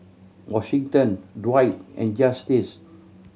Washington Dwight and Justice